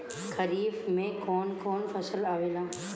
खरीफ में कौन कौन फसल आवेला?